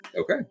Okay